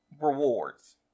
rewards